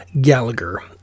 Gallagher